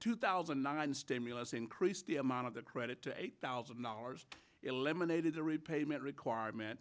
two thousand and nine stimulus increased the amount of the credit to eight thousand dollars eliminated the repayment requirement